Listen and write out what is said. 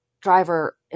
driver